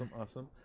um awesome.